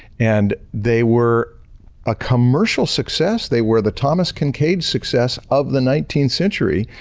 and they were a commercial success. they were the thomas kincade success of the nineteenth century.